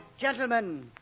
Gentlemen